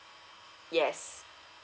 yes